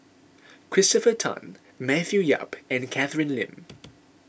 Christopher Tan Matthew Yap and Catherine Lim